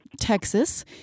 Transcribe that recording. Texas